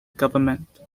government